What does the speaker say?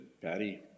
Patty